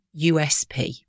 USP